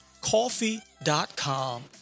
coffee.com